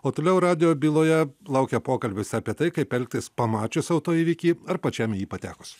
o toliau radijo byloje laukia pokalbis apie tai kaip elgtis pamačius autoįvykį ar pačiam į jį patekus